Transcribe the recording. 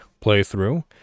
playthrough